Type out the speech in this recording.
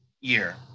year